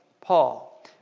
Paul